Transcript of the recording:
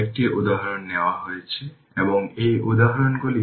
এটি আসলে 7 বাই 2 Ω আসলে 7 বাই 2 Ω